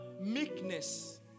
Meekness